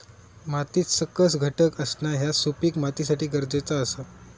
मातीत सकस घटक असणा ह्या सुपीक मातीसाठी गरजेचा आसा